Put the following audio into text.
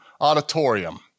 Auditorium